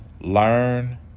learn